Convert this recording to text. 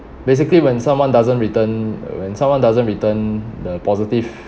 basically when someone doesn't return when someone doesn't return the positive